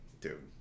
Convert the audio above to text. dude